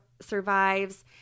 survives